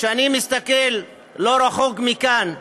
כשאני מסתכל לא רחוק מכאן,